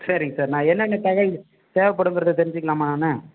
சரிங்க சார் நான் என்னென்ன தகவல் தேவைப்படுங்கிறத தெரிஞ்சுக்கலாமா நான்